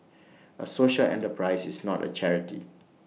A social enterprise is not A charity